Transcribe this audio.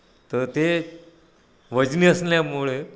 तर ते वजनी असल्यामुळे